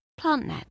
PlantNet